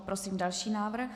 Prosím další návrh.